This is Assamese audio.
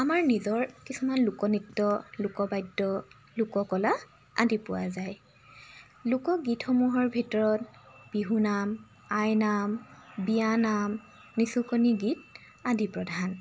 আমাৰ নিজৰ কিছুমান লোকনৃত্য লোকবাদ্য লোককলা আদি পোৱা যায় লোকগীতসমূহৰ ভিতৰত বিহু নাম আইনাম বিয়ানাম নিচুকনী গীত আদি প্ৰধান